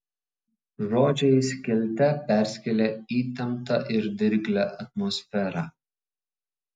žodžiai skelte perskėlė įtemptą ir dirglią atmosferą